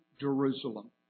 Jerusalem